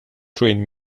trained